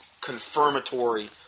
confirmatory